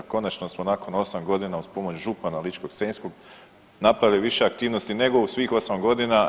Konačno smo nakon osam godina uz pomoć župana Ličko-senjskog napravili više aktivnosti nego u svih osam godina.